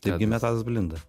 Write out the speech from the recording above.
taip gimė tadas blinda